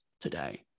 today